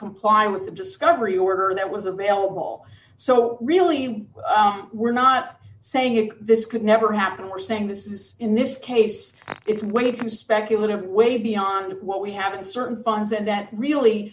comply with the discovery order that was available so really we're not saying it this could never happen we're saying this is in this case it's way too speculative way beyond what we have in certain funds and that really